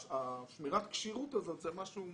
שמירת הכשירות הזאת, זה משהו קצר.